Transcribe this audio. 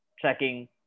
tracking